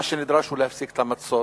מה שנדרש הוא להפסיק את המצור